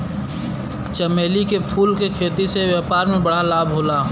चमेली के फूल के खेती से व्यापार में बड़ा लाभ होला